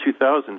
2000